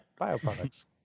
Bioproducts